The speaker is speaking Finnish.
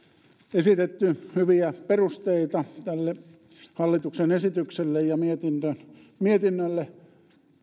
esitetty hyviä perusteita tälle hallituksen esitykselle ja mietinnölle